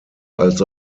als